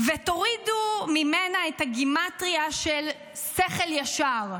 ותורידו ממנה את הגימטרייה של "שכל ישר".